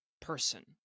person